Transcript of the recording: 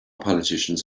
politicians